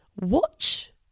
watch